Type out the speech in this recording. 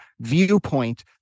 viewpoint